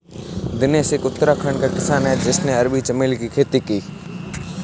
दिनेश एक उत्तराखंड का किसान है जिसने अरबी चमेली की खेती की